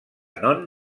non